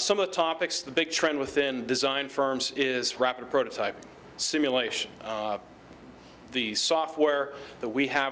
some of the topics the big trend within design firms is rapid prototyping simulation the software that we have